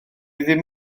ddim